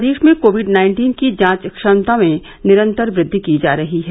प्रदेश में COVID nineteen की जांच क्षमता में निरन्तर वृद्वि की जा रही है